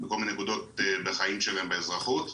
בכל מיני נקודות בחיים שלהם באזרחות.